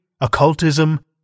occultism